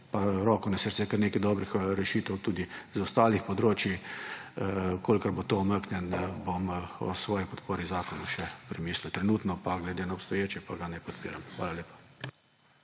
pa roko na srce, kar nekaj dobrih rešitev tudi iz ostalih področij v kolikor bo to umaknjeno, bom o svoji podpori zakona še premislil. Trenutno pa glede na obstoječe pa ga ne podpiram. Hvala lepa.